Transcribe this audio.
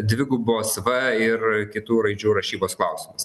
dvigubos v ir kitų raidžių rašybos klausimas